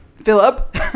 Philip